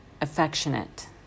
Affectionate